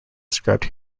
described